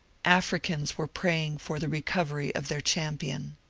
africans were praying for the recovery of their champion.